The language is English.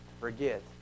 forget